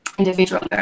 individual